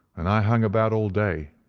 and i hung about all day,